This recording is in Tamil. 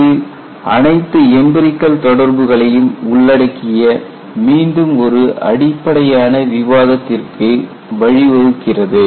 இது அனைத்து எம்பிரிகல் தொடர்புகளையும் உள்ளடக்கிய மீண்டும் ஒரு அடிப்படையான விவாதத்திற்கு வழிவகுக்கிறது